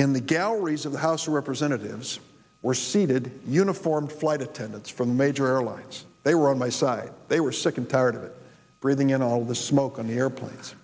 in the galleries of the house of representatives were seated uniformed flight attendants from the major airlines they were on my side they were sick and tired breathing in all the smoke on the airplanes